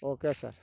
okay sir